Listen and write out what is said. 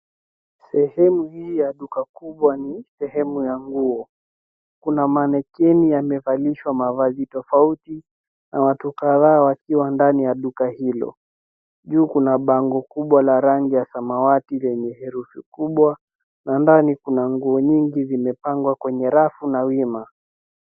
Sehemu hii ya duka kubwa ni sehemu ya nguo. Kuna manequinn amevalishwa mavazi tofauti na watu kadhaa wakiwa ndani ya duka hilo. Juu kuna bango kubwa la rangi ya samawati lenye hreufi kubwa na ndani kuna nguo nyingi zilizopangwa kwenye rafu na wima.